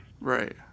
Right